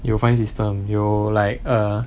有 fine system 有 like err